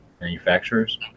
manufacturers